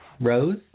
Rose